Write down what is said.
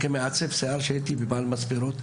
כמעצב שיער, והייתי בעל מספרות,